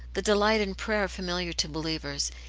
the delight in prayer familiar to believers,